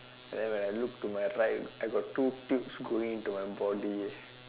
then when I look to my right I got two tubes going into my body